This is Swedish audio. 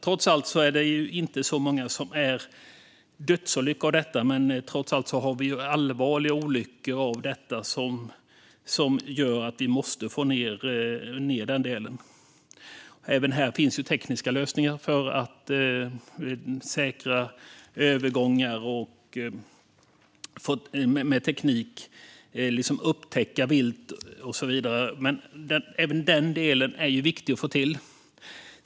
Trots allt är det inte så många dödsolyckor, men vi har allvarliga olyckor som gör att vi måste få ned den delen. Även här finns tekniska lösningar för att säkra övergångar, upptäcka vilt med teknik och så vidare. Också den delen är viktig att få till.